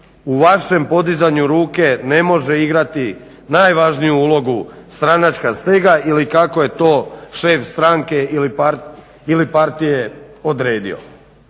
u vašem podizanju ruke ne može igrati najvažniju ulogu stranačka stega ili kako je to šef stranke ili partije odredio.